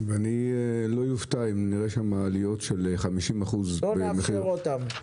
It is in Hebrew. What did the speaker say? ואני לא אופתע אם נראה שם עליות של 50% --- לא נאפשר אותן.